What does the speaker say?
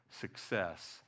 success